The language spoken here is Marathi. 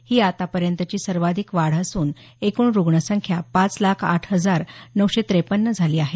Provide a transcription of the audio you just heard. ही आतापर्यंतची सर्वाधिक वाढ असून एकूण रुग्ण संख्या पाच लाख आठ हजार नऊशे त्रेपन्न झाली आहे